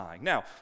now